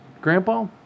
Grandpa